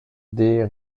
des